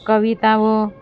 કવિતાઓ